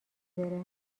بره